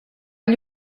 gli